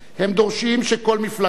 הם דורשים שכל מפלגה